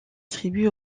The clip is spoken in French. tribu